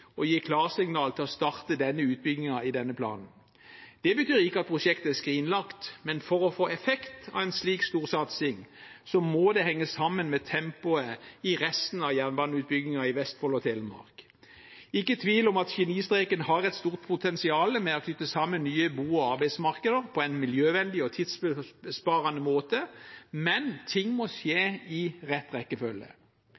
å gi klarsignal til å starte denne utbyggingen i denne planen. Det betyr ikke at prosjektet er skrinlagt, men for å få effekt av en slik storsatsing må det henge sammen med tempoet i resten av jernbaneutbyggingen i Vestfold og Telemark. Det er ikke tvil om at Genistreken har et stort potensial for å knytte sammen nye bo- og arbeidsmarkeder på en miljøvennlig og tidsbesparende måte, men ting må